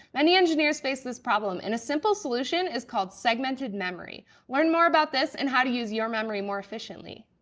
many engineers face this problem, and a simple solution is called segmented memory. learn more about this and how to use your memory more efficiently.